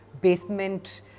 basement